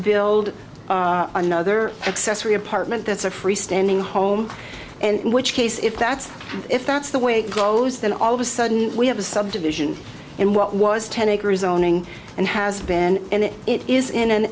build another accessory apartment that's a freestanding home and in which case if that's if that's the way it goes then all of a sudden we have a subdivision in what was ten acres owning and has been in it it is in an